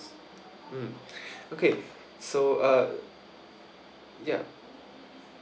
mm okay so uh ya